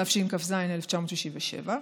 התשכ"ז 1967,